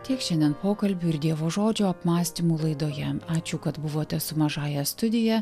tiek šiandien pokalbių ir dievo žodžio apmąstymų laidoje ačiū kad buvote su mažąja studija